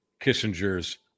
Kissinger's